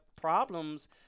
problems